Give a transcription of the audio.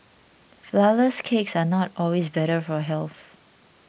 Flourless Cakes are not always better for health